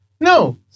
no